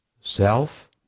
self